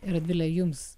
ir radvile jums